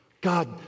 God